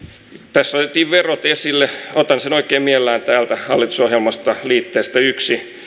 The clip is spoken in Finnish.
tässä otettiin verot esille otan sen oikein mielelläni täältä hallitusohjelmasta liitteestä yksi